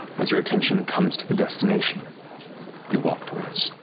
as your attention comes to the destination you walk towards.